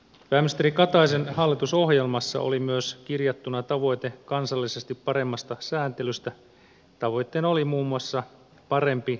pääministeri kataisen hallitusohjelmassa oli myös kirjattuna tavoite kansallisesti paremmasta sääntelystä tavoitteena oli muun muassa parempi lainsäätelyn taso